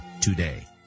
today